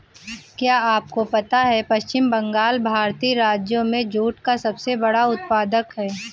क्या आपको पता है पश्चिम बंगाल भारतीय राज्यों में जूट का सबसे बड़ा उत्पादक है?